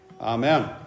Amen